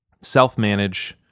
self-manage